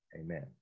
Amen